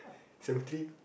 seven three